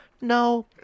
no